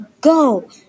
Go